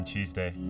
Tuesday